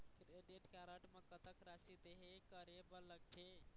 Credit card म कतक राशि देहे करे बर लगथे?